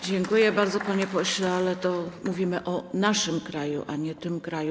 Dziękuję bardzo, panie pośle, ale mówimy o naszym kraju, a nie o tym kraju.